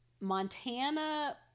Montana